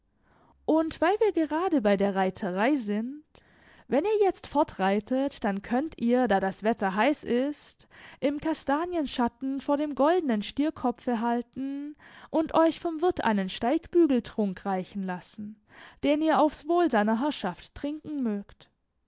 und weil wir gerade bei der reiterei sind wenn ihr jetzt fortreitet dann könnt ihr da das wetter heiß ist im kastanienschatten vor dem goldenen stierkopfe halten und euch vom wirt einen steigbügeltrunk reichen lassen den ihr aufs wohl seiner herrschaft trinken mögt